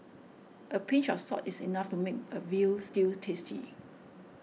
a pinch of salt is enough to make a Veal Stew tasty